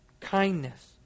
kindness